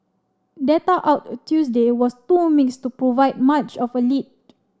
data out Tuesday was too mixed to provide much of a lead